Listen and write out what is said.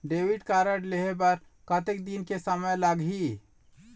Debit card लेहे बर कतेक दिन के समय लगही?